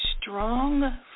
strong